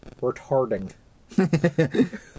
retarding